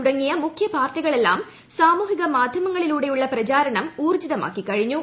തുടങ്ങിയ മുഖ്യ പാർട്ടികളെല്ലാം സാമൂഹിക മാധ്യമങ്ങളിലൂടെയുള്ള പ്രചാരണം ഊർജിതമാക്കി കഴിഞ്ഞു